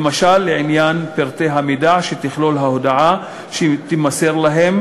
למשל לעניין פרטי המידע שתכלול ההודעה שתימסר להם,